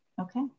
okay